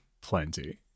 plenty